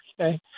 Okay